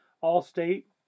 All-State